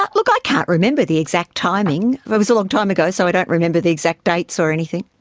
but look, i can't remember the exact timing. it was a long time ago, so i don't remember the exact dates or anything.